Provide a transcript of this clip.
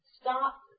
Stop